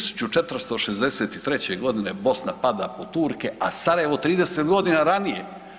1463. godine Bosna pada pod Turke, a Sarajevo 30 godina ranije.